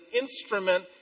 instrument